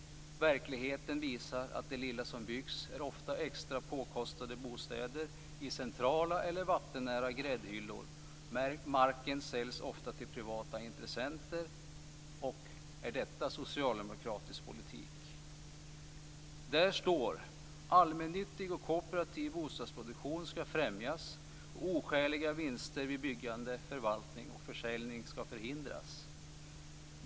Verkligheten visar att det lilla som byggs ofta är extra påkostade bostäder i centrala eller vattennära gräddhyllor, och marken säljs ofta till privata intressenter. Är detta socialdemokratisk politik? Det heter vidare: Allmännyttig och kooperativ bostadsproduktion skall främjas och oskäliga vinster vid byggande, förvaltning och försäljning skall förhindras.